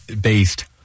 based